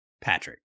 Patrick